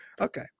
Okay